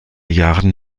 jahren